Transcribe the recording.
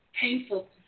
painful